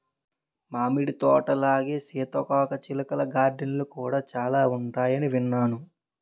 మామిడి తోటలాగే సీతాకోకచిలుకల గార్డెన్లు కూడా చాలా ఉంటాయని విన్నాను